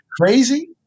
crazy